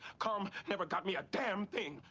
calm never got me a damn thing.